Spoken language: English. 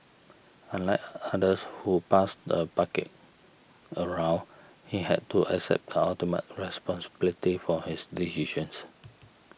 unlike others who passed the bucket around he had to accept the ultimate responsibility for his decisions